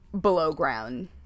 below-ground